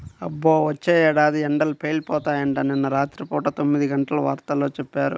అబ్బో, వచ్చే ఏడాది ఎండలు పేలిపోతాయంట, నిన్న రాత్రి పూట తొమ్మిదిగంటల వార్తల్లో చెప్పారు